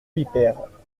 vipère